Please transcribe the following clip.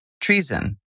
treason